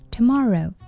Tomorrow